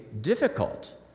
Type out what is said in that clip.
difficult